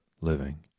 living